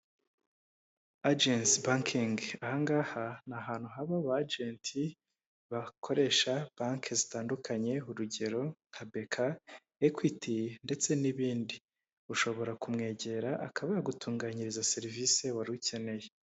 Ajensi bankingi ahaha ni ahantu haba abajenti bakoresha banki zitandukanye urugero nka kaka, ekwiti, ndetse n'ibindi ushobora kumwegera akaba yagutunganyiriza serivisi wari ukeneye.